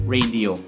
Radio